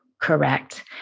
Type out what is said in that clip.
correct